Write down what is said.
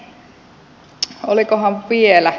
sitten olikohan vielä